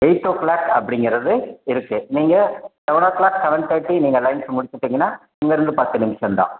எயிட்டோ clock அப்படிங்குறது இருக்குது நீங்கள் சவென்னோ கிளாக் சவென் தர்ட்டி நீங்கள் லஞ்ச் முடிச்சுடீங்கன்னா இங்கேயிருந்து பத்து நிமிஷம் தான்